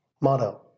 motto